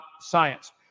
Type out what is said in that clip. science